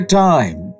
time